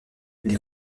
les